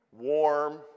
warm